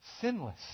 sinless